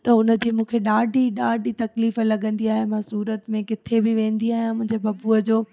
त उन जी मूंखे ॾाढी ॾाढी तकलीफ़ लॻंदी आहे मां सूरत में किथे बि वेंदी आहियां मुंहिंजे बबूअ जो